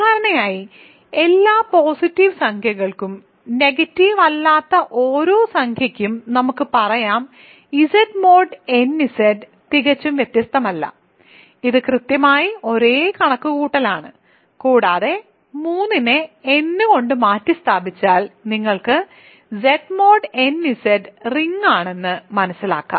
സാധാരണയായി എല്ലാ പോസിറ്റീവ് സംഖ്യകൾക്കും നെഗറ്റീവ് അല്ലാത്ത ഓരോ സംഖ്യയ്ക്കും നമുക്ക് പറയാം Z mod nZ തികച്ചും വ്യത്യാസമില്ല ഇത് കൃത്യമായി ഒരേ കണക്കുകൂട്ടലാണ് കൂടാതെ 3 നെ n കൊണ്ട് മാറ്റിസ്ഥാപിച്ചാൽ നിങ്ങൾക്ക് Z mod n Z ring ആണെന്ന് മനസിലാക്കാം